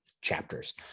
chapters